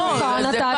אני פה חברת ועדה שנה.